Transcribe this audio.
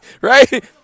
Right